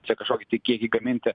čia kažkokį tai kiekį gaminti